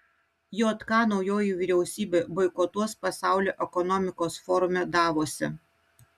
jk naujoji vyriausybė boikotuos pasaulio ekonomikos forume davose